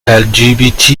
lgbt